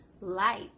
light